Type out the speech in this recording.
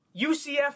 UCF